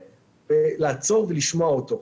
לעצור ולשמוע אותו.